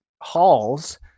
halls